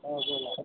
हं बोला